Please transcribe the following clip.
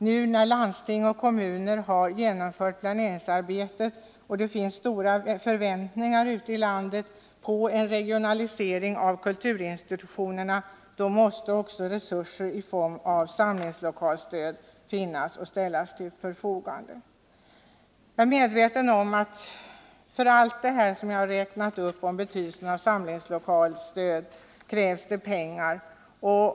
Nu när landsting och kommuner har genomfört planeringsarbetet och det finns stora förväntningar ute i landet på en regionalisering av kulturinstitutionerna måste också resurser i form av samlingslokalsstöd ställas till förfogande. Jag är medveten om att för allt det som jag här har räknat upp krävs det pengar.